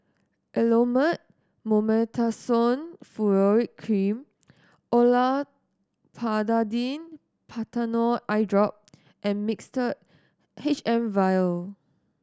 Elomet Mometasone Furoate Cream Olopatadine Patanol Eyedrop and Mixtard H M Vial